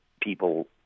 people